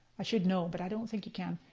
i should know, but i don't think you can.